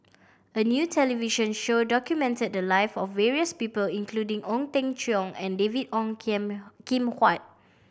a new television show documented the live of various people including Ong Teng Cheong and David Ong Kam Kim Huat